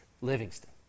Livingston